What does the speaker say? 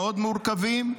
מאוד מורכבים,